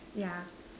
yeah